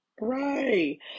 right